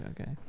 okay